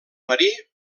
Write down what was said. marí